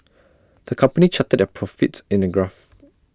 the company charted their profits in A graph